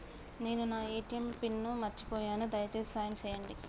నేను నా ATM pin మర్చిపోయిన, దయచేసి సాయం చేయండి